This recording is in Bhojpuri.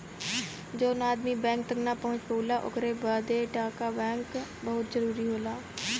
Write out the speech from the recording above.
जौन आदमी बैंक तक ना पहुंच पावला ओकरे बदे डाक बैंक बहुत जरूरी होला